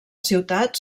ciutat